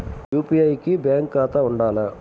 UPI కి bank ఖాతా ఉండాల?